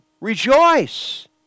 rejoice